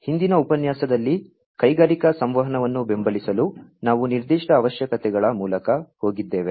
ಹಿಂದಿನ ಉಪನ್ಯಾಸದಲ್ಲಿ ಕೈಗಾರಿಕಾ ಸಂವಹನವನ್ನು ಬೆಂಬಲಿಸಲು ನಾವು ನಿರ್ದಿಷ್ಟ ಅವಶ್ಯಕತೆಗಳ ಮೂಲಕ ಹೋಗಿದ್ದೇವೆ